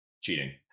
cheating